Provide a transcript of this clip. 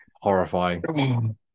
Horrifying